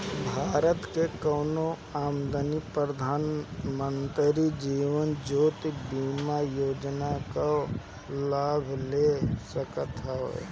भारत के कवनो आदमी प्रधानमंत्री जीवन ज्योति बीमा योजना कअ लाभ ले सकत हवे